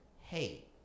hey